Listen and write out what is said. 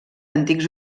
antics